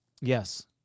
Yes